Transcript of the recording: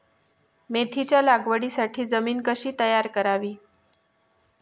मेथीच्या लागवडीसाठी जमीन कशी तयार करावी?